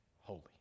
holy